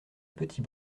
petit